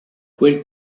quel